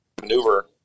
maneuver